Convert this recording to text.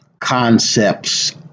concepts